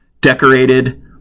decorated